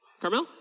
Carmel